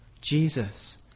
Jesus